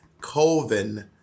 Colvin